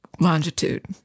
Longitude